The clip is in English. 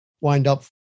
wind-up